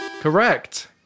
Correct